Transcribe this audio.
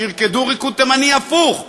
שירקדו ריקוד תימני הפוך,